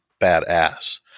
badass